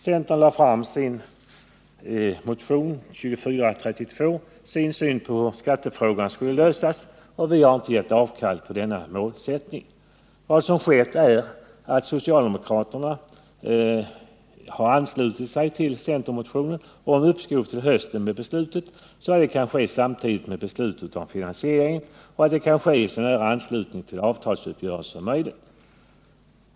Centern lade i sin motion 2432 fram sin syn på hur skattefrågan borde lösas, och vi har inte gjort avkall på denna målsättning. Vad som skett är att socialdemokraterna anslutit sig till centermotionen om uppskov till hösten med beslutet, så att detta kan ske samtidigt med beslutet om finansieringen av skatteomläggningen och i så nära anslutning till avtalsuppgörelsen som möjligt.